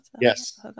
Yes